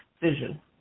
vision